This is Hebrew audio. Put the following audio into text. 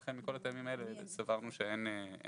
ולכן מכל הטעמים האלה סברנו שאין קושי